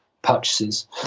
purchases